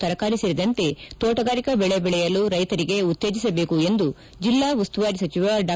ತರಕಾರಿ ಸೇರಿದಂತೆ ತೋಟಗಾರಿಕಾ ಬೆಳೆ ಬೆಳೆಯಲು ರೈತರಿಗೆ ಉತ್ತೇಜಿಸಬೇಕು ಎಂದು ಜಿಲ್ಲಾ ಉಸ್ತುವಾರಿ ಸಚಿವ ಡಾ